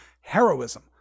heroism